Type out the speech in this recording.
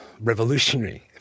revolutionary